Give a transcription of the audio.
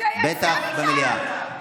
בטח במליאה.